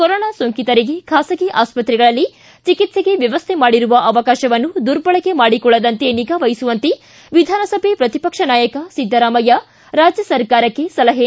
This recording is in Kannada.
ಕೊರೊನಾ ಸೋಂಕಿತರಿಗೆ ಖಾಸಗಿ ಆಸ್ಪತ್ರೆಗಳಲ್ಲಿ ಚಿಕಿತ್ಸೆಗೆ ವ್ಯವಸ್ಥೆ ಮಾಡಿರುವ ಅವಕಾಶವನ್ನು ದುರ್ಬಳಕೆ ಮಾಡಿಕೊಳ್ಳದಂತೆ ನಿಗಾ ವಹಿಸುವಂತೆ ವಿಧಾನಸಭೆ ಪ್ರತಿಪಕ್ಷ ನಾಯಕ ಸಿದ್ದರಾಮಯ್ಯ ರಾಜ್ಯ ಸರ್ಕಾರಕ್ಕೆ ಸಲಹೆ